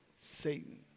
Satan